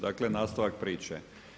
Dakle nastavak priče.